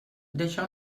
deixa